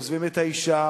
עוזבים את האשה,